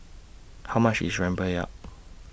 How much IS Rempeyek